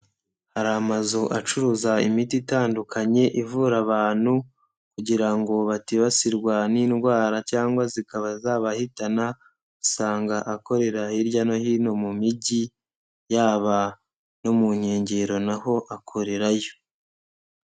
Hari amazu acuruza imiti itandukanye ivura abantu kugira ngo batibasirwa n'indwara cyangwa zikaba zabahitana, usanga akorera hirya no hino mu migi, yaba no mu nkengero na ho akorerayo.